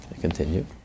Continue